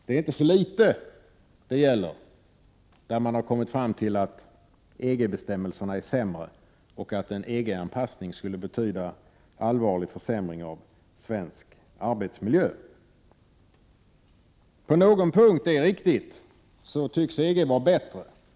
Man har kommit fram till att det inte är på så få punkter som EG-bestämmelserna är sämre och att en EG-anpassning skulle betyda en allvarlig försämring av svensk arbetsmiljö. Det är riktigt att EG tycks vara bättre på några enstaka punkter.